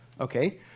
Okay